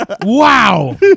Wow